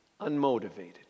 unmotivated